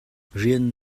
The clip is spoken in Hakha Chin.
rian